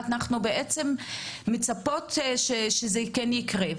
אנחנו מצפות שזה כן יקרה?